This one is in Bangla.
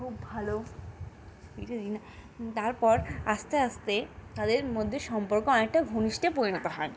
খুব ভালো তারপর আস্তে আস্তে তাদের মধ্যে সম্পর্ক অনেকটা ঘনিষ্ঠে পরিণত হয়